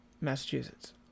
massachusetts